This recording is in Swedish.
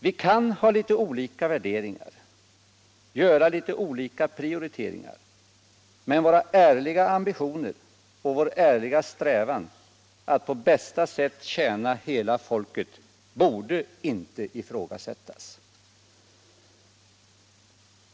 Vi kan ha litet olika värderingar och göra litet olika prioriteringar, men våra ärliga ambitioner och vår uppriktiga strävan att på bästa sätt tjäna hela folket borde inte ifrågasättas.